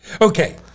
Okay